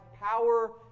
power